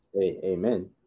Amen